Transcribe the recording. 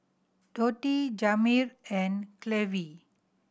Dotty Jamir and Clevie